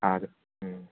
ꯑꯥ ꯗꯣ ꯎꯝ